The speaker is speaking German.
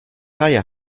reihe